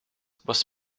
was